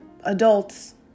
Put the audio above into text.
adults